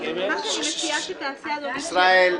מה שאני מציעה שתעשה, אדוני,